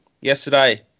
Yesterday